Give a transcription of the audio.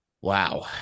Wow